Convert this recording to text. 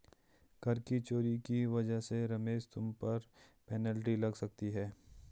कर की चोरी की वजह से रमेश तुम पर पेनल्टी लग सकती है